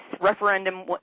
referendum